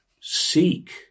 seek